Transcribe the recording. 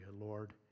Lord